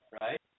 right